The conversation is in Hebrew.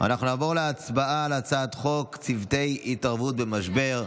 אנחנו נעבור להצבעה על הצעת חוק צוותי התערבות במשבר,